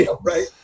Right